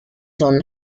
son